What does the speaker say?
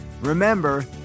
Remember